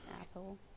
asshole